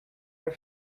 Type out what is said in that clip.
are